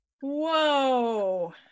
Whoa